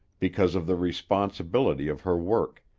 because of the responsibility of her work,